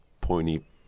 pointy